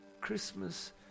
Christmas